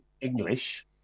English